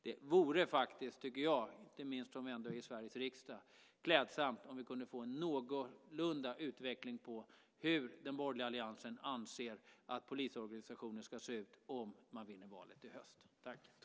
Jag tycker att det, inte minst eftersom vi ändå befinner oss i Sveriges riksdag, vore klädsamt om vi kunde få en någorlunda utveckling när det gäller hur den borgerliga alliansen anser att polisorganisationen ska se ut om man vinner valet i höst.